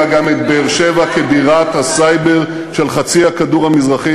אלא גם את באר-שבע כבירת הסייבר של חצי הכדור המזרחי,